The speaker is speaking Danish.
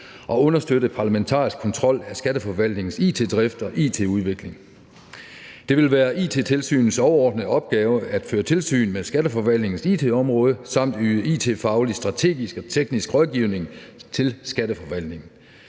og understøtte den parlamentariske kontrol af skatteforvaltningens it-drift og it-udvikling. Det vil være It-tilsynets overordnede opgave at føre tilsyn med skatteforvaltningens it-område samt yde it-faglig strategisk og teknisk rådgivning til skatteforvaltningen.